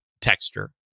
texture